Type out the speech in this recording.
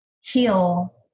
heal